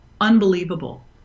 Unbelievable